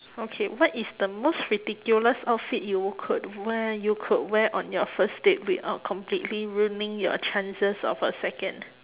okay what is the most ridiculous outfit you could wear you could wear on your first date without completely ruining your chances of a second